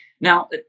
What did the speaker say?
Now